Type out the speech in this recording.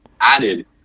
added